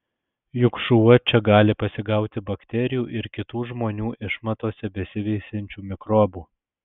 juk šuo čia gali pasigauti bakterijų ir kitų žmonių išmatose besiveisiančių mikrobų